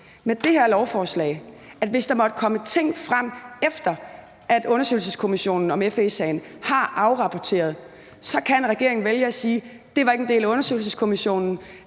til det her lovforslag, at hvis der måtte komme ting frem, efter at undersøgelseskommissionen om FE-sagen har afrapporteret, så kan regeringen vælge at sige: Det var ikke en del undersøgelseskommissionen,